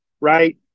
right